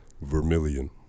Vermilion